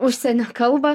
užsienio kalbą